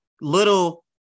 little